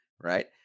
Right